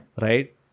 Right